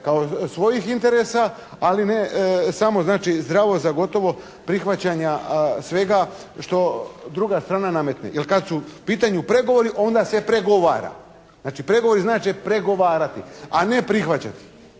kao svojih interesa, ali ne samo znači zdravo za gotovo prihvaćanja svega što druga strana nametne, jer kad su u pitanju pregovori onda se pregovara. Znači pregovori znače pregovarati, a ne prihvaćati.